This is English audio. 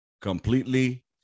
completely